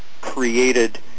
created